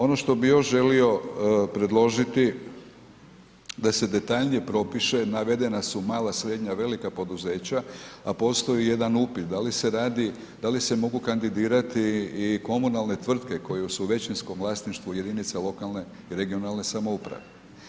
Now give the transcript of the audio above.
Ono što bih još želio predložiti, da se detaljnije propiše, navedena su mala, srednja, velika poduzeća, a postoji jedan upit da li se radi, da li se mogu kandidirati i komunalne tvrtke koje su u većinskom vlasništvu jedinica lokalne i regionalne samouprave.